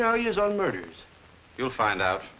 now years on murders you'll find out